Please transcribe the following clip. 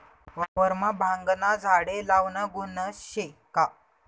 वावरमा भांगना झाडे लावनं गुन्हा शे का?